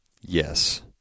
Yes